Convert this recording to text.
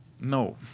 No